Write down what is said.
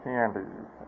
Candies